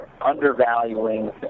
undervaluing